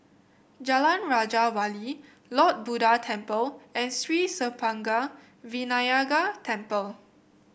Jalan Raja Wali Lord Buddha Temple and Sri Senpaga Vinayagar Temple